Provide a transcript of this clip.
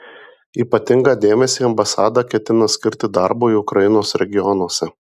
ypatingą dėmesį ambasada ketina skirti darbui ukrainos regionuose